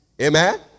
Amen